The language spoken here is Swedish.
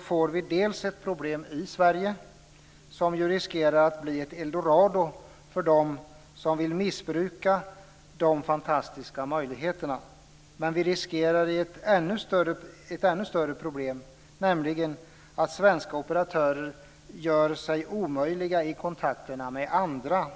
får vi först och främst ett problem i Sverige, som ju riskerar att bli ett eldorado för dem som vill missbruka de fantastiska möjligheterna. Men vi riskerar ett ännu större problem, nämligen att svenska operatörer gör sig omöjliga i kontakterna med andra.